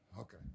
Okay